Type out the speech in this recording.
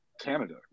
Canada